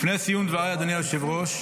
לפני סיום דבריי, אדוני היושב-ראש,